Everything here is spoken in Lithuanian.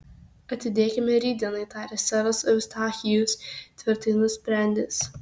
atidėkime rytdienai tarė seras eustachijus tvirtai nusprendęs